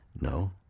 No